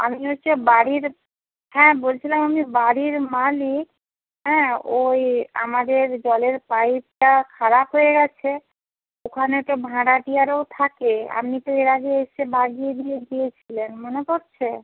আমি হচ্ছে বাড়ির হ্যাঁ বলছিলাম আমি বাড়ির মালিক হ্যাঁ ওই আমাদের জলের পাইপটা খারাপ হয়ে গেছে ওখানে তো ভাড়াটিয়ারাও থাকে আপনি তো এর আগে এসে বাগিয়ে দিয়ে গিয়েছিলেন মনে পড়ছে